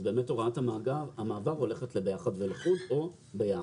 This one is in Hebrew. הוראת המעבר הולכת ל-ביחד ולחוד או ביחד.